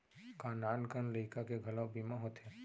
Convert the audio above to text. का नान कन लइका के घलो बीमा होथे?